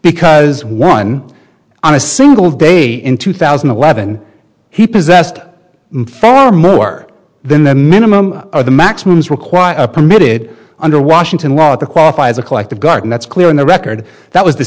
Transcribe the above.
because one on a single day in two thousand and eleven he possessed far more than the minimum the maximum is required permitted under washington law to qualify as a collective garden that's clear in the record that was the